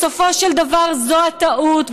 בסופו של דבר זו הטעות,